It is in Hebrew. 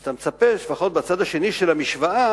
אז מצופה שלפחות בצד השני של המשוואה,